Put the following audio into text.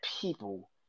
people